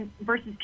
versus